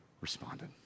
responded